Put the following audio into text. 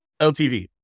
LTV